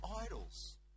idols